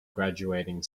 graduating